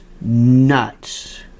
nuts